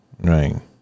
Right